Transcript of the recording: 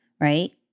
right